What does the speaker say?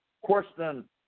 question